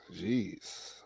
Jeez